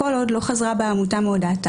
כל עוד לא חזרה בה העמותה מהודעתה,